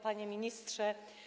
Panie Ministrze!